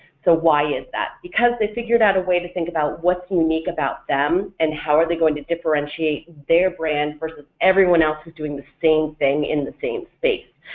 so why is that? because they figured out a way to think about what's unique about them and how are they going to differentiate their brand versus everyone else who's doing the same thing in the same space.